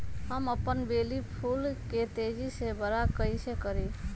हम अपन बेली फुल के तेज़ी से बरा कईसे करी?